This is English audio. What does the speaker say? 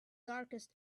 darkest